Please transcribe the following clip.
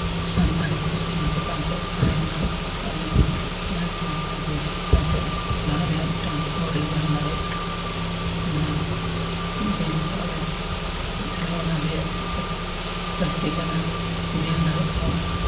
ᱥᱟᱱᱛᱟᱲᱤ ᱯᱟᱹᱨᱥᱤ ᱪᱮᱛᱟᱱ ᱥᱮᱫ ᱞᱟᱦᱟᱭᱮᱱᱟᱜ ᱟᱞᱮ ᱦᱚᱸ ᱱᱟᱭᱛᱮ ᱱᱟᱯᱟᱭᱛᱮ ᱪᱮᱛᱟᱱ ᱥᱮᱫ ᱞᱟᱦᱟᱜ ᱨᱮᱱᱟᱜ ᱢᱤᱫᱴᱟᱱ ᱦᱚᱨᱞᱮ ᱧᱟᱢ ᱫᱟᱲᱮᱭᱟᱜᱼᱟ ᱱᱚᱣᱟ ᱫᱤᱞ ᱠᱚ ᱟᱞᱮ ᱟᱞᱮ ᱚᱱᱟ ᱨᱮᱭᱟᱜ ᱞᱟᱹᱠᱛᱤ ᱠᱟᱱᱟ ᱫᱤᱞ ᱫᱟᱲᱮ ᱮᱢᱚᱜ